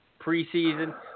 preseason